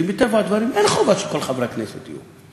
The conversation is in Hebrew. כשמטבע הדברים אין חובה שכל חברי הכנסת יהיו,